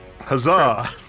Huzzah